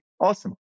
Awesome